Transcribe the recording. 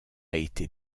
été